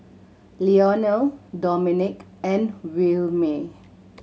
Lionel Domenick and Williemae